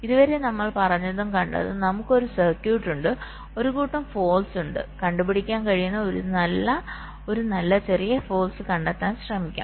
ഇതുവരെ നമ്മൾ പറഞ്ഞതും കണ്ടതുംനമുക്ക് ഒരു സർക്യൂട്ട് ഉണ്ട് ഒരു കൂട്ടം ഫോൾട്സ് ഉണ്ട് കണ്ടുപിടിക്കാൻ കഴിയുന്ന ഒരു നല്ല ചെറിയ ഫോൾട്സ് കണ്ടെത്താൻ ശ്രമിക്കാം